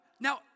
now